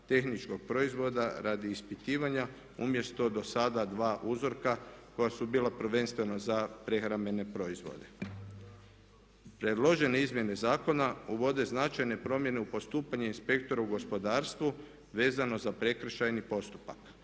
tehničkog proizvoda radi ispitivanja, umjesto do sada 2 uzorka koja su bila prvenstveno za prehrambene proizvode. Predložene izmjene zakona uvode značajne promjene u postupanje inspektora u gospodarstvu vezano za prekršajni postupak